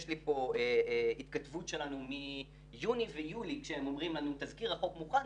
יש לי פה התכתבות שלנו מיוני ויולי שהם אומרים לנו: תזכיר החוק מוכן,